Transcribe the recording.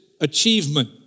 achievement